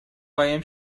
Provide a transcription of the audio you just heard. قایم